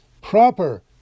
proper